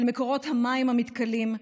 של מקורות המים המתכלים,